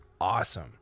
awesome